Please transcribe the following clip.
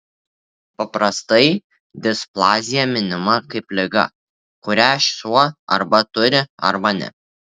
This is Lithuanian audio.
paprastai displazija minima kaip liga kurią šuo arba turi arba ne